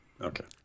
Okay